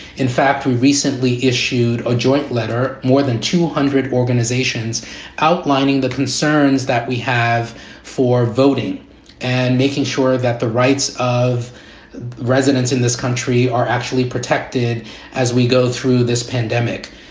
in fact, we recently issued a joint letter. more than two hundred organizations outlining the concerns that we have for voting and making sure that the rights of residents in this country are actually protected as we go through this pandemic.